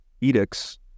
edicts